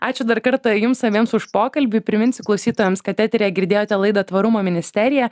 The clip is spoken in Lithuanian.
ačiū dar kartą jums abiems už pokalbį priminsiu klausytojams kad eteryje girdėjote laidą tvarumo ministerija